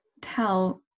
tell